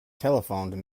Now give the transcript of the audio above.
telephoned